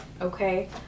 Okay